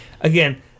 Again